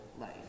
life